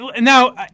Now